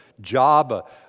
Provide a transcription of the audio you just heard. job